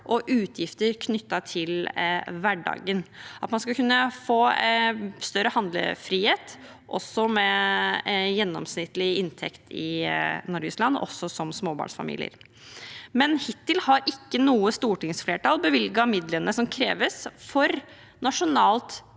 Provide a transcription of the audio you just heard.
og utgifter knyttet til hverdagen, at man skal kunne få større handlefrihet også med gjennomsnittlig inntekt i Norges land, og også som småbarnsfamilie. Men hittil har ikke noe stortingsflertall bevilget midlene som kreves for nasjonalt